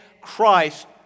Christ